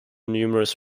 numerous